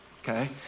okay